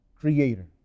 creator